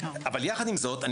אבל יחד עם זאת,